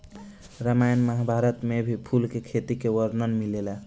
रामायण महाभारत में भी फूल के खेती के वर्णन मिलेला